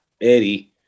Eddie